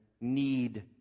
need